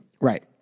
Right